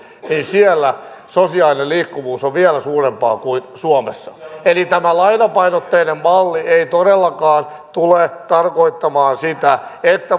sosiaalinen liikkuvuus on vielä suurempaa kuin suomessa eli tämä lainapainotteinen malli ei todellakaan tule tarkoittamaan sitä että